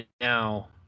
now